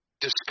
discuss